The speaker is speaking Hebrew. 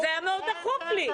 וזה היה מאוד דחוף לי.